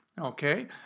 Okay